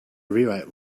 rewrite